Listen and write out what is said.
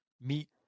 meet